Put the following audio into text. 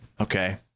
Okay